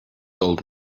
old